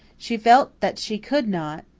she felt that she could not,